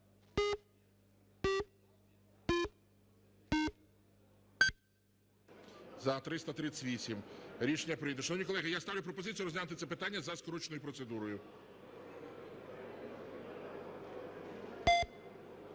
За-338 Рішення прийнято. Шановні колеги, я ставлю пропозицію розглянути це питання за скороченою процедурою.